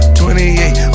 28